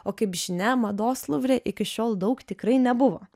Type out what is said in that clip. o kaip žinia mados luvre iki šiol daug tikrai nebuvo